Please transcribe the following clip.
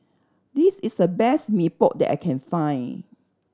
this is the best Mee Pok that I can find